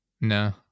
No